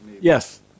Yes